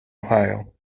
ohio